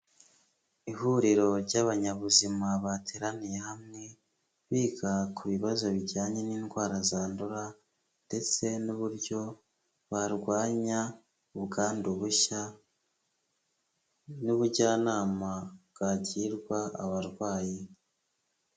Ihuriro ry'abanyabuzima bateraniye hamwe, biga ku bibazo bijyanye n'indwara zandura ndetse n'uburyo barwanya ubwandu bushya, n'ubujyanama bwagirwa abarwayi.